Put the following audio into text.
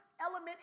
element